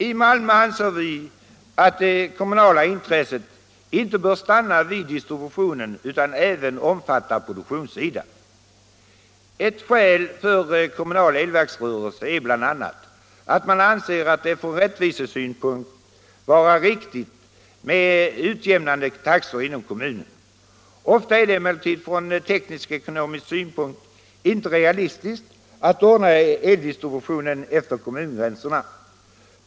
I Malmö anser vi att det kommunala intresset inte bör stanna vid distributionen utan även bör omfatta produktionssidan. Ett skäl för kommunal elverksrörelse är att man anser det från rättvisesynpunkt vara riktigt med utjämnande taxor inom kommunen. Ofta är det emellertid från teknisk-ekonomisk synpunkt inte realistiskt att ordna eldistributionen efter kommungränserna.